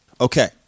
Okay